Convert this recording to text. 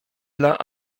dla